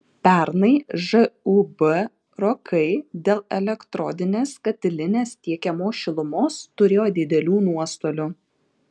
pernai žūb rokai dėl elektrodinės katilinės tiekiamos šilumos turėjo didelių nuostolių